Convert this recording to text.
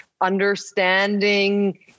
understanding